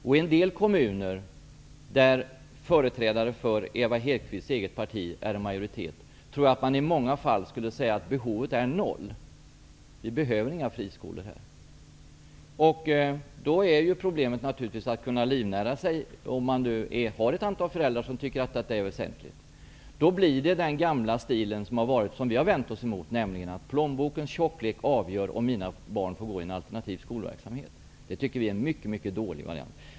I en del kommuner, där företrädare för Eva Hedkvist Petersens eget parti är i majoritet, tror jag att man i många fall skulle säga att behovet är noll -- inga friskolor behövs. Men om det finns ett antal föräldrar som tycker att detta är väsentligt, blir det problem med att livnära sig. Då blir det den gamla stilen, som vi har vänt oss emot, nämligen att plånbokens tjocklek avgör om mina barn skall få delta i en alternativ skolverksamhet. Detta tycker vi är en mycket dålig variant.